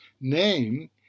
name